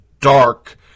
dark